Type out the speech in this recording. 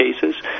cases